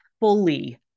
fully